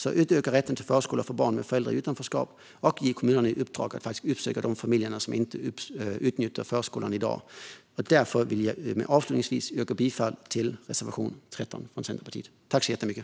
Vi vill utöka rätten till förskola för barn med föräldrar i utanförskap och ge kommunerna i uppdrag att söka upp de familjer som inte utnyttjar förskolan i dag. Därför vill jag avslutningsvis yrka bifall till reservation 13 från Centerpartiet.